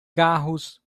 carros